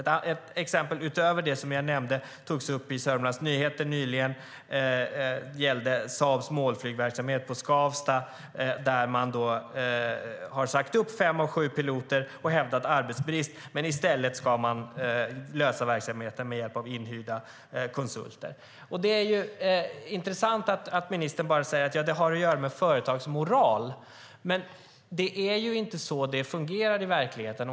Ett exempel utöver det som jag nämnde togs upp i Södermanlands Nyheter nyligen och gällde Saabs målflygsverksamhet på Skavsta, där fem av sju piloter sagts upp. Man hävdar att det är arbetsbrist. I stället ska verksamheten drivas med hjälp av inhyrda konsulter. Det är intressant att arbetsmarknadsministern säger att det har att göra med företagsmoral. Det är inte så det fungerar i verkligheten.